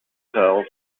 cells